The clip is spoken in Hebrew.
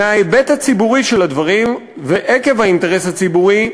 מההיבט הציבורי של הדברים ועקב האינטרס הציבורי,